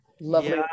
lovely